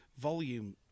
volume